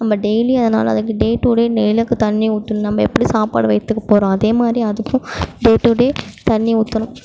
நம்ம டெய்லி அதனால் அதுக்கு டே டு டே டெய்லிக்கும் தண்ணிர் ஊற்றணும் நம்ம எப்படி சாப்பாடு வயிற்றுக்கு போடுறோம் அதேமாதிரி அதுக்கும் டே டு டே தண்ணிர் ஊற்றணும்